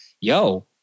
yo